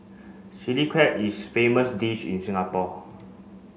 Chilli Crab is famous dish in Singapore